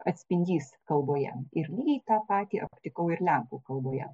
atspindys kalboje ir lygiai tą patį aptikau ir lenkų kalboje